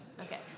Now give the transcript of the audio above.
Okay